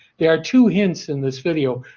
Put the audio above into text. there are two hints in this video.